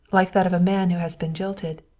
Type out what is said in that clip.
like that of a man who has been jilted.